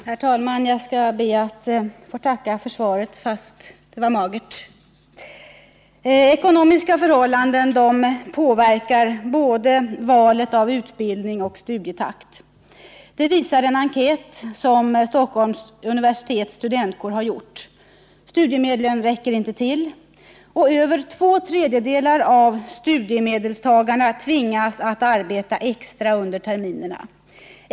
Herr talman! Jag skall be att få tacka för svaret, fast det var magert. Ekonomiska förhållanden påverkar både valet av utbildning och studietakten. Det visar en enkät som Stockholms universitets studentkår har gjort. Studiemedlen räcker inte till. Över två tredjedelar av studiemedelstagarna tvingas att arbeta extra under terminerna.